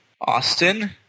Austin